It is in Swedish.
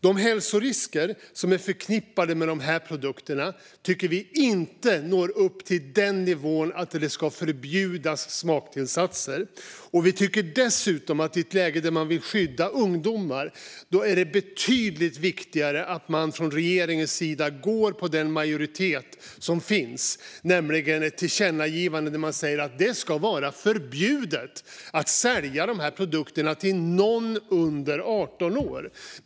De hälsorisker som är förknippade med de här produkterna tycker vi inte når upp till den nivån att smaktillsatser ska förbjudas. Vi tycker dessutom att det i ett läge där man vill skydda ungdomar är betydligt viktigare att man från regeringens sida följer den majoritet som finns. Det finns ett förslag till tillkännagivande som säger att det ska vara förbjudet att sälja de här produkterna till någon under 18 år.